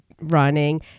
running